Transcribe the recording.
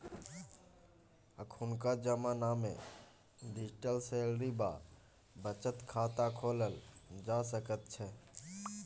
अखुनका जमानामे digital salary वा बचत खाता खोलल जा सकैत छै